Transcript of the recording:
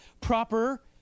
proper